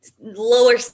lower